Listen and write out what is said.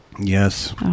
Yes